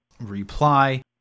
reply